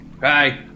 Hi